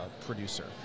producer